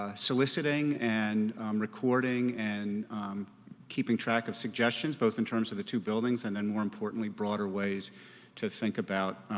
ah soliciting and recording and keeping track of suggestions both in terms of the two buildings and then more importantly, broader ways to think about